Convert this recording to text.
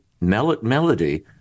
melody